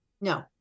No